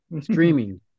streaming